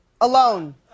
Alone